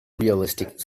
realistic